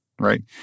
right